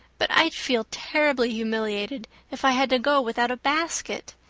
but i'd feel terribly humiliated if i had to go without a basket.